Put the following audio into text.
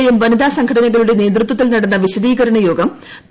M വനിതാസംഘടനകളുടെ നേതൃത്വത്തിൽ നടന്ന് വിശദീകരണ യോഗം പി